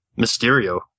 Mysterio